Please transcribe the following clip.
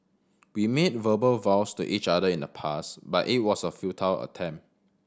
we made verbal vows to each other in the past but it was a futile attempt